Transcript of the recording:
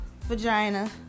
vagina